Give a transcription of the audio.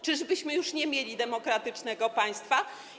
Czyżbyśmy już nie mieli demokratycznego państwa?